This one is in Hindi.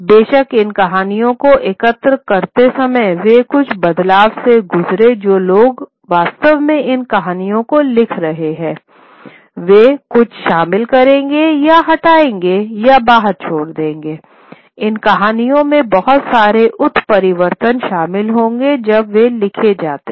बेशक इन कहानियों को एकत्र करते समय वे कुछ बदलावों से गुजरेंगे जो लोग वास्तव में इन कहानियों को लिख रहे हैं वे कुछ शामिल करेंगे या हटाएँगे या बाहर छोड़ दें इन कहानियों में बहुत सारे उत्परिवर्तन शामिल होंगे जब वे लिखे जाते हैं